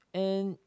and